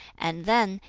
and then,